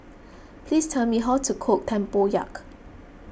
please tell me how to cook Tempoyak